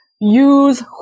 use